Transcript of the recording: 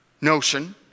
notion